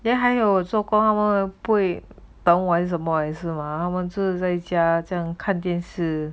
then 还有做工他们不会等我怎么好意思吗他们在家正看电视